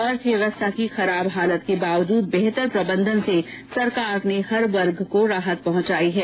अर्थव्यवस्था की खराब हालत के बावजूद बेहतर प्रबंधन से हमने हर वर्ग को राहत पहुंचाई है